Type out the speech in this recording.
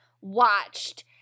watched